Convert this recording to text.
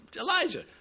Elijah